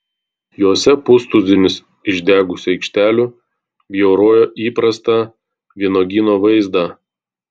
jose pustuzinis išdegusių aikštelių bjaurojo įprastą vynuogyno vaizdą